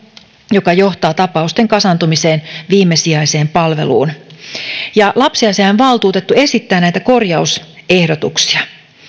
joka johtaa tapausten kasaantumiseen viimesijaiseen palveluun lapsiasiainvaltuutettu esittää näitä korjausehdotuksia